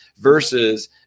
versus